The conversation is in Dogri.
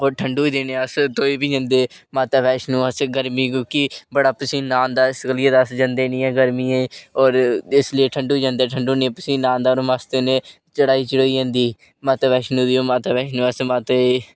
ठंडो दे दिन अस ठंडोई बी जंदे माता वैष्णो अस गर्मी च कि बड़ा पसीना ओौंदा ऐ ते इस करियै अस जंदे नेईं ऐ गर्मियें ते और इस लेई ठंडु च जन्ने आं ठंडू च नेईं पसीना आंदा और मस्त कन्नै चढ़ाई चढोई जंदी माता बैश्णो देबी माता अस